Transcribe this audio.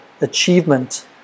achievement